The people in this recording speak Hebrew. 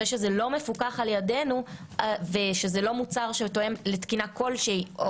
שזה לא מפוקח על ידינו ושזה לא מוצר שתואם לתקינה כלשהי,